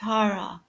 Tara